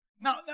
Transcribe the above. Now